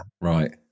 Right